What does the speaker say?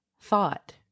thought